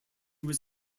was